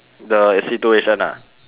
the situation ah